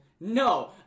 No